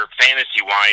fantasy-wise